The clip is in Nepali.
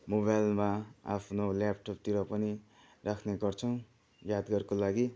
मोबाइलमा आफ्नो ल्यापटपतिर पनि राख्नेगर्छौँ यादगरको लागि